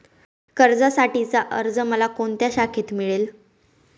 कर्जासाठीचा अर्ज मला कोणत्या शाखेत मिळेल?